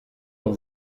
l’on